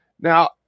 Now